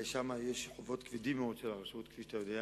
שם יש חובות כבדים מאוד של הרשות, כפי שאתה יודע,